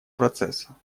процесса